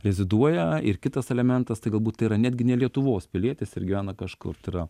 reziduoja ir kitas elementas tai galbūt tai yra netgi ne lietuvos pilietis ir gyvena kažkur tai yra